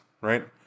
right